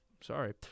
Sorry